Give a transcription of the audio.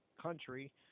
country